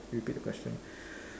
repeat the question